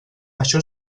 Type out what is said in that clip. això